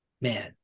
man